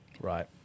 right